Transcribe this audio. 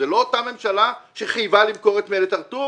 זאת לא אותה הממשלה שחייבה למכור את "מלט הרטוב"